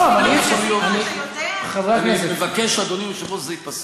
אני מבקש, אדוני היושב-ראש, שזה ייפסק.